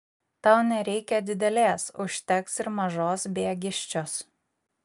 tau nereikia didelės užteks ir mažos biagiščios